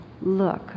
look